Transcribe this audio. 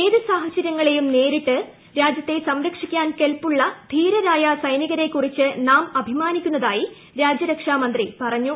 ഏത് സാഹചര്യങ്ങളെയും നേരിട്ട് രാജ്യത്തെ സംരക്ഷിക്കാൻ കെൽപ്പുളള ധീരരായ സൈനികരെ കുറിച്ച് നാം അഭിമാനിക്കുന്നതായി രാജ്യരക്ഷാമന്ത്രി പറഞ്ഞു